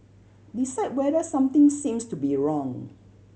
decide whether something seems to be wrong